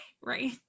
Right